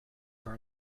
burn